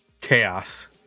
chaos